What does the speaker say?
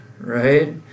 right